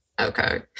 okay